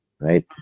right